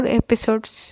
episodes